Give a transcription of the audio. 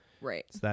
Right